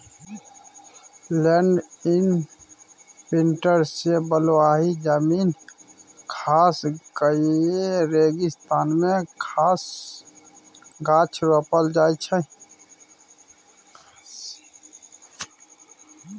land imprinter सँ बलुआही जमीन खास कए रेगिस्तान मे गाछ रोपल जाइ छै